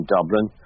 Dublin